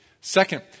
Second